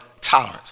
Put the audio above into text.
tolerance